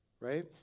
Right